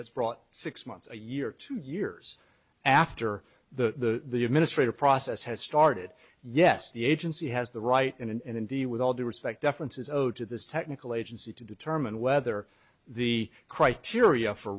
that's brought six months a year two years after the administrative process has started yes the agency has the right in and indeed with all due respect deference is owed to this technical agency to determine whether the criteria for